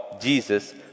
Jesus